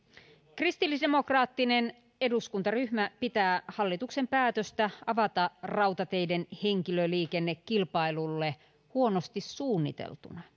kristillisdemokraattinen eduskuntaryhmä pitää hallituksen päätöstä avata rautateiden henkilöliikenne kilpailulle huonosti suunniteltuna